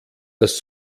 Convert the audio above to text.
das